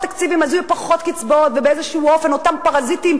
תקציבים יהיו פחות קצבאות ובאיזה אופן אותם פרזיטים